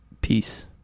Peace